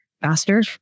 faster